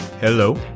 Hello